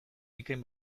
bikain